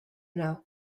know